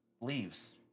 leaves